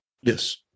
Yes